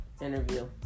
interview